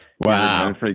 Wow